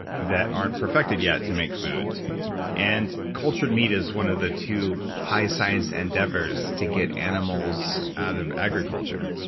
that aren't perfected yet, to make food and cultured meat is one of the two high science endeavors to get animals out of agriculture.